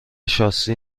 شاسی